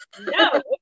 No